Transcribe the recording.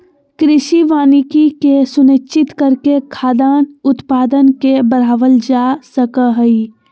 कृषि वानिकी के सुनिश्चित करके खाद्यान उत्पादन के बढ़ावल जा सक हई